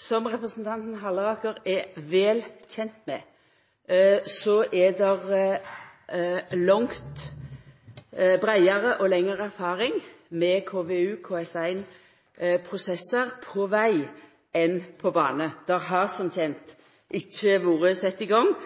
Som representanten Halleraker er vel kjend med, er det langt breiare og lengre erfaring med KVU/KS1-prosessar på veg enn på bane. Det har som kjent ikkje vore sett i gang